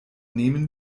nehmen